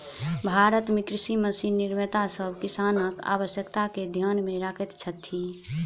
भारत मे कृषि मशीन निर्माता सभ किसानक आवश्यकता के ध्यान मे रखैत छथि